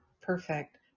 perfect